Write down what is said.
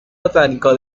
botánico